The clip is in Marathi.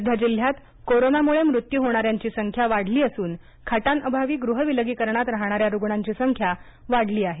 सध्या जिल्ह्यात कोरोनामुळे मृत्यू होणाऱ्यांची संख्या वाढली असून खाटाअभावी गृहविलगीकरणात राहाणाऱ्या रूग्णांची संख्या वाढली आहे